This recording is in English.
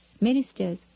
ministers